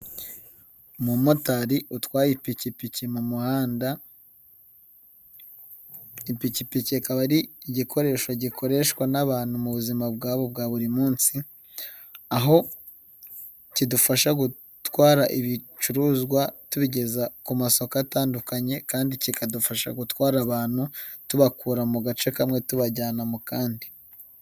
Umumotari utwaye ipikipiki mu muhanda, ipikipiba ikaba ari igikoresho gikoreshwa n'abantu mu buzima bwabo bwa buri munsi, aho kidufasha gutwara ibicuruzwa tubigeza ku masako atandukanye kandi kikadufasha gutwara abantu tubakura kamwe tubajyana ahandi.